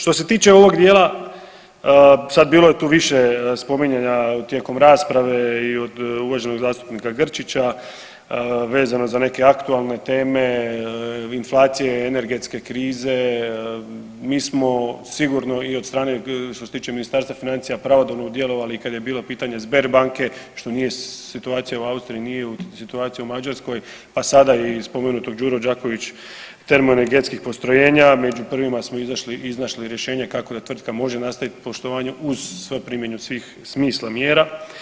Što se tiče ovog dijela, sad bilo je tu više spominjanja tijekom rasprave i od uvaženog zastupnika Grčića vezano za neke aktualne teme, inflacije, energetske krize, mi smo sigurno i od strane što se tiče Ministarstva financija pravodobno djelovali i kad je bilo pitanje Sberbanke što nije situacija u Austriji, nije situacija u Mađarskoj, pa sada i spomenutog Đuro Đaković termoenergetskih postrojenja, među prvima smo izašli, iznašli rješenja kako da tvrtka može nastaviti poslovanje uz … primjenu svih smisla mjera.